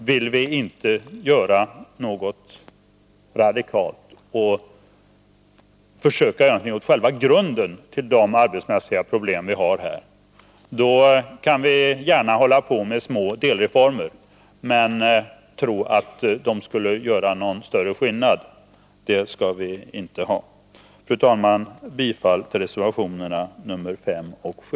Vill vi inte göra något radikalt åt själva grunden för de arbetsmässiga problem vi har kan vi gärna hålla på med små delreformer, men vi skall inte tro att det gör någon större skillnad. Fru talman! Jag yrkar bifall till reservationerna 5 och 7.